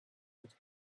could